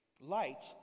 Light